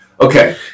Okay